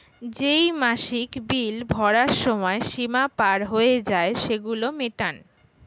যেই মাসিক বিল ভরার সময় সীমা পার হয়ে যায়, সেগুলো মেটান